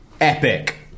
epic